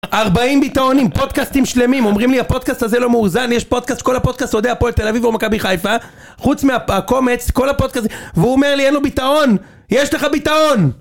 ארבעים ביטאונים, פודקאסטים שלמים, אומרים לי הפודקאסט הזה לא מאוזן, יש פודקאסט, כל הפודקאסט אוהדי הפועל תל אביב או מכבי חיפה, חוץ מהקומץ, כל הפודקאסט, והוא אומר לי אין לו ביטאון, יש לך ביטאון!